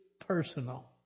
personal